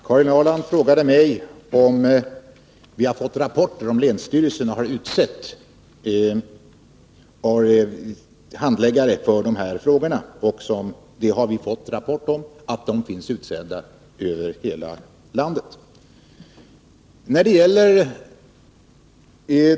Herr talman! Karin Ahrland frågade mig om vi har fått in rapporter om huruvida länsstyrelserna har utsett handläggare för dessa frågor. Svaret blir: Vi har fått in rapporter från länsstyrelser om att sådana utsetts.